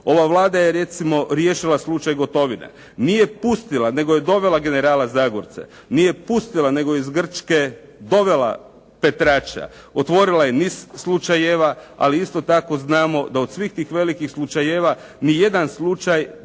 ova Vlada je recimo riješila slučaj Gotovine. Nije pustila nego je dovela generala Zagorca, nije pustila nego je iz Grčke dovela Petrača, otvorila je niz slučajeva, ali isto tako znamo da od svih tih velikih slučajeva ni jedan slučaj de